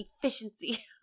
efficiency